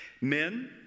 Men